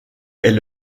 est